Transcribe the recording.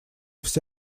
вся